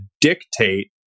dictate